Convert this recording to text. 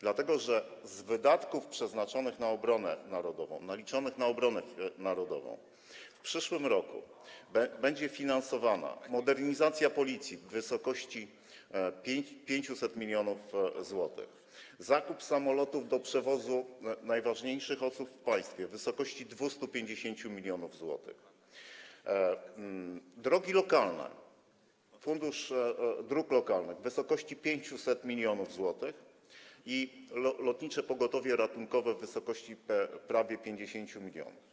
Dlatego że z wydatków przeznaczonych na obronę narodową, naliczonych na obronę narodową w przyszłym roku będą finansowane: modernizacja Policji w wysokości 500 mln zł, zakup samolotów do przewozu najważniejszych osób w państwie w wysokości 250 mln zł, drogi lokalne, fundusz dróg lokalnych w wysokości 500 mln zł i Lotnicze Pogotowie Ratunkowe w wysokości prawie 50 mln.